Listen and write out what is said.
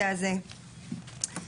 מה אני עושה,